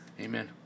Amen